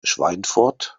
schweinfurt